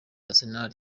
arsenal